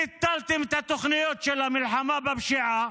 ביטלתם את התוכניות למלחמה בפשיעה,